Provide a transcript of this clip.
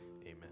Amen